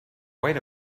wait